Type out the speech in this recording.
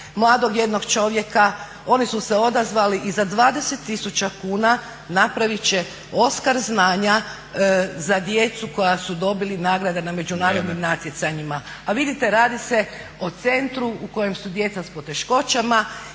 mladog jednog čovjeka, oni su se odazvali i za 20 tisuća kuna napravit će oskar znanja za djecu koja su dobila nagrade na međunarodnim natjecanjima. A vidite radi se o centru u kojem su djeca s poteškoćama